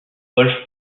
wolf